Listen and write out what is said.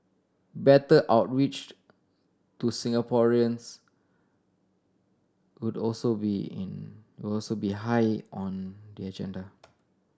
better outreach to Singaporeans would also be in would also be high on the agenda